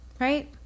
Right